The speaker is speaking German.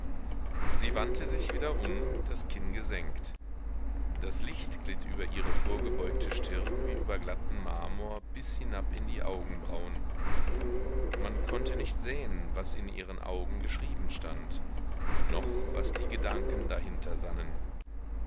sie wandte sich wieder um das kinn gesenkt das licht glitt über ihre vorgebeugte stirn wie über glatten marmor bis hinab in die augenbrauen man konnte nicht sehen was in ihren augen geschrieben stand noch was die gedanken dahinter sannen